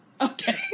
Okay